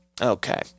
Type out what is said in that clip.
Okay